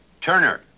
Turner